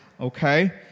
okay